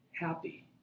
happy